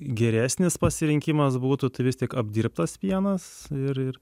geresnis pasirinkimas būtų tai vis tik apdirbtas pienas ir ir